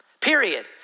period